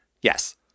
Yes